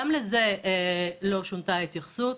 גם לזה לא הייתה שום התייחסות.